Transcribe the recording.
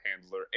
handler